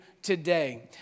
today